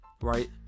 right